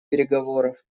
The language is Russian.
переговоров